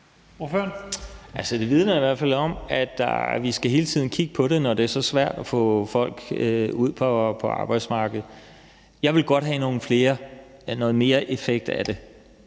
Det vidner i hvert fald om, at vi hele tiden skal kigge på det, når det er så svært at få folk ud på arbejdsmarkedet. Jeg vil godt have noget mere effekt ud af det.